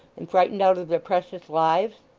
and frightened out of their precious lives